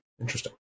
interesting